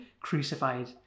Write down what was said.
crucified